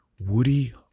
Woody